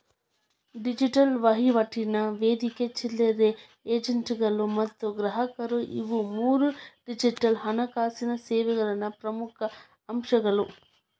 digital ವಹಿವಾಟಿನ ವೇದಿಕೆ ಚಿಲ್ಲರೆ ಏಜೆಂಟ್ಗಳು ಮತ್ತ ಗ್ರಾಹಕರು ಇವು ಮೂರೂ ಡಿಜಿಟಲ್ ಹಣಕಾಸಿನ್ ಸೇವೆಗಳ ಪ್ರಮುಖ್ ಅಂಶಗಳು